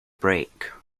break